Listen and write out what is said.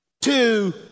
Two